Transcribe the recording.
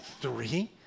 three